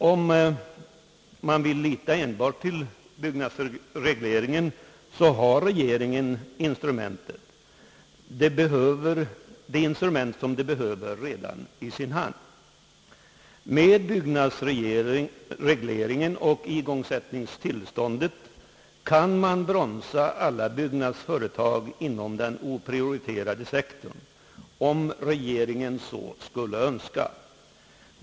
Om man ville lita enbart till byggnadsregleringen, så skulle regeringen däri ha det instrument i sin hand som den behöver. Med byggnadsreglering och igångsättningstillstånd kan man bromsa alla byggnadsföretag inom den oprioriterade sektorn, om regeringen så skulle önska.